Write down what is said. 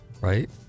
right